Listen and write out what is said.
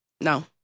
No